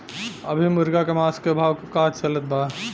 अभी मुर्गा के मांस के का भाव चलत बा?